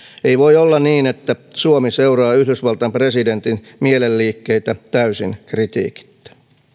ei voi olla niin että suomi seuraa yhdysvaltain presidentin mielenliikkeitä täysin kritiikittä